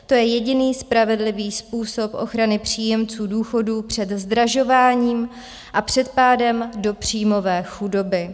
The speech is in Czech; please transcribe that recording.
To je jediný spravedlivý způsob ochrany příjemců důchodů před zdražováním a před pádem do příjmové chudoby.